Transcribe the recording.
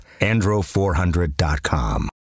andro400.com